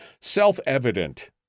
self-evident